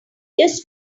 just